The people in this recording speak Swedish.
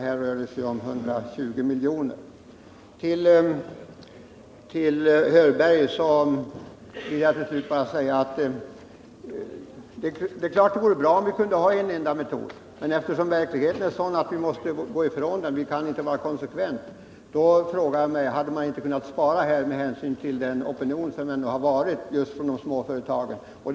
Här rör det sig om 120 milj.kr. Till Nils Hörberg vill jag till slut bara säga att det är klart att det vore bra om vi kunde ha en enda metod, men eftersom verkligheten är sådan att vi inte kan vara konsekventa frågar jag mig om man inte hade kunnat spara med faktureringsmetoden en tid med hänsyn till den opinion som har kommit till uttryck just från småföretagens sida.